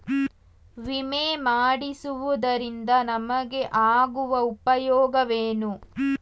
ವಿಮೆ ಮಾಡಿಸುವುದರಿಂದ ನಮಗೆ ಆಗುವ ಉಪಯೋಗವೇನು?